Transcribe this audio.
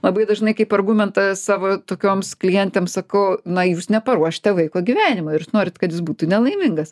labai dažnai kaip argumentą savo tokioms klientėms sakau na jūs neparuošite vaiko gyvenimui ir jūs norit kad jis būtų nelaimingas